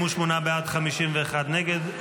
58 בעד, 51 נגד.